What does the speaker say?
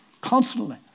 constantly